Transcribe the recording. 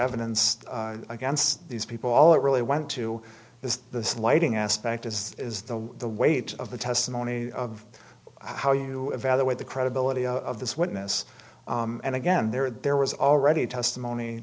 evidence against these people all it really went to is the slighting aspect as is the weight of the testimony of how you evaluate the credibility of this witness and again there there was already testimony